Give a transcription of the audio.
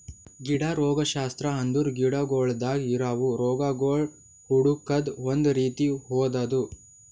ಗಿಡ ರೋಗಶಾಸ್ತ್ರ ಅಂದುರ್ ಗಿಡಗೊಳ್ದಾಗ್ ಇರವು ರೋಗಗೊಳ್ ಹುಡುಕದ್ ಒಂದ್ ರೀತಿ ಓದದು